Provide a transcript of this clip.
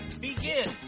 begin